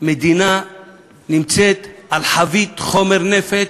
המדינה נמצאת על חבית חומר נפץ,